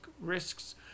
risks